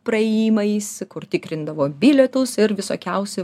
praėjimais kur tikrindavo bilietus ir visokiausi